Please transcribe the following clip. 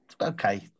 okay